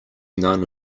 none